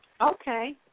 Okay